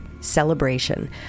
celebration